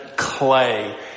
clay